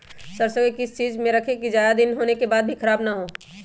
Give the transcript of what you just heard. सरसो को किस चीज में रखे की ज्यादा दिन होने के बाद भी ख़राब ना हो?